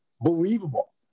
believable